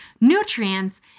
nutrients